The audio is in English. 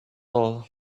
all